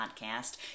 podcast